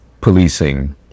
policing